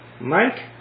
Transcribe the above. Mike